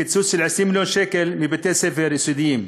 קיצוץ של 20 מיליון שקלים בבתי-ספר יסודיים.